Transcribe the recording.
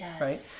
right